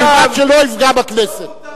ובלבד שלא יפגע בכנסת.